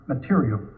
material